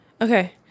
okay